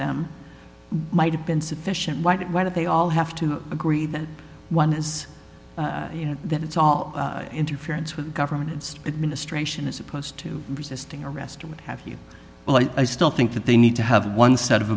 them might have been sufficient why did why do they all have to agree that one is you know that it's all interference with government it's administration as opposed to resisting arrest or what have you but i still think that they need to have one set of